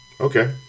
Okay